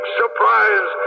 surprise